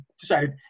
decided